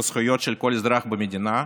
בזכויות של כל אזרח במדינה.